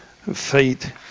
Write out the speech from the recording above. Fate